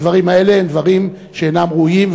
הדברים האלה הם דברים שאינם ראויים,